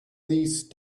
these